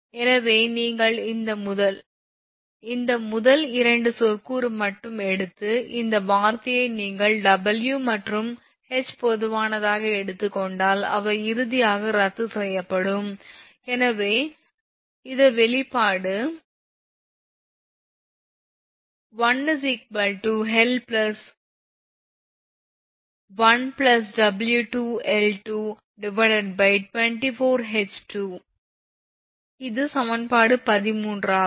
எனவே நீங்கள் இந்த முதல் 2 சொற்கூறு மட்டும் எடுத்து இந்த வார்த்தையை நீங்கள் W மற்றும் H பொதுவானதாக எடுத்துக் கொண்டால் அவை இறுதியாக ரத்து செய்யப்படும் இந்த வெளிப்பாடு l L 1 W2L224H2 இது சமன்பாடு 13 ஆகும்